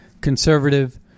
conservative